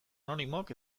anonimoak